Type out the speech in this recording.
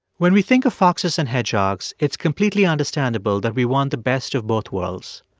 when we think of foxes and hedgehogs, it's completely understandable that we want the best of both worlds.